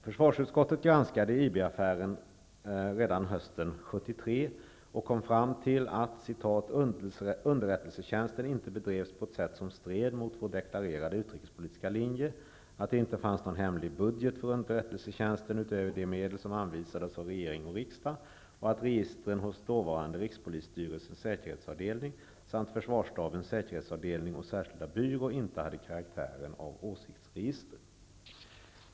Försvarsutskottet granskade IB-affären redan hösten 1973 och kom fram till att ''underrättelsetjänsten inte bedrevs på ett sätt som stred mot vår deklarerade utrikespolitiska linje, att det inte fanns någon hemlig budget för underrättelsetjänsten utöver de medel som anvisades av regering och riksdag och att registren hos den dåvarande rikspolisstyrelsens säkerhetsavdelning samt försvarsstabens säkerhetsavdelning och särskilda byrå inte hade karaktären av åsiktsregister''.